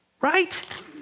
Right